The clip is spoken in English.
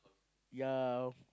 yea